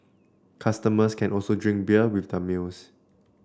customers can also drink beer with their meals